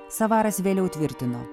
savaras vėliau tvirtino